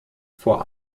vor